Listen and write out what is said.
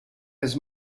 his